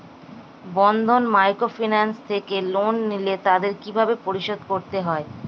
বন্ধন microfinance থেকে loan নিলে তাদের কিভাবে পরিশোধ করতে হয়?